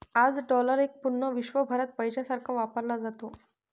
आज डॉलर एक पूर्ण विश्वभरात पैशासारखा वापरला जातो